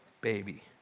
baby